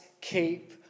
keep